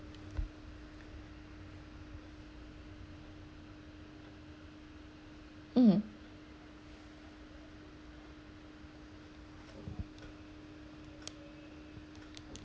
mm